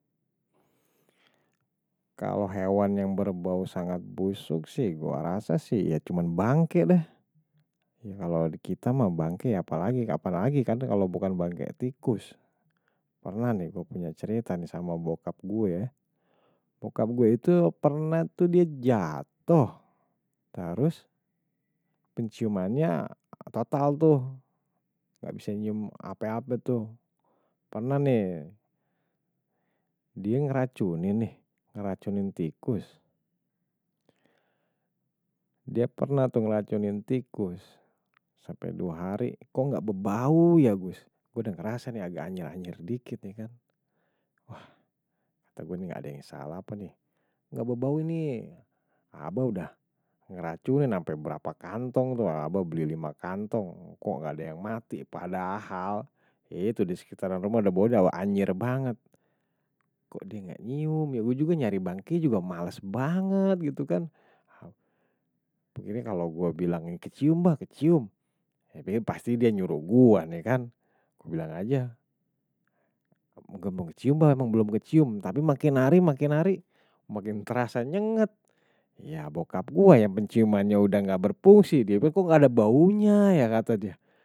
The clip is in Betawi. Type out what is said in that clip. Kalau hewan yang berbau sangat busuk sih, gue rasa sih ya cuma bangke deh. Kalau kita mah bangke, apa lagi kapan lagi kan kalau bukan bangke, tikus. Pernah nih, gue punya cerita nih sama bokap gue ya. Bokap gue itu pernah tuh dia jatoh. Terus, penciumannya total tuh. Gak bisa nyium apa-apa tuh. Pernah nih. die ngeracunin nih. Ngeracunin tikus. Dia pernah tuh ngeracunin tikus. Sampai dua hari, kok gak berbau ya gus. Gue udah ngerasa nih agak anjir-anjir dikit nih kan. Wah, kata gue nih gak ada yang salah apa nih. Nggak berbau ini, apa udah ngeracunin sampai berapa kantong tuh. abah beli lima kantong. Kok gak ada yang mati, padahal. Itu disekitaran rumah udah bodoh, anyir banget. Kok dia gak nyium ya gue juga nyari bangke, juga males banget gitu kan. Ini kalau gue bilang, kecium bah, kecium. Pasti dia nyuruh gue nih kan. Gue bilang aja. Gak mau kecium bah, emang belum kecium. Tapi makin hari makin hari, makin terasa nyenget. Ya bokap gue ya, penciumannya udah gak berfungsi. Dia bilang, kok gak ada bau nya ya, kata dia.